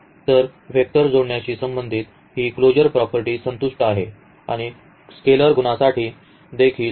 तर वेक्टर जोडण्याशी संबंधित ही क्लोजर प्रॉपर्टी संतुष्ट आहे आणि स्केलर गुणासाठी देखील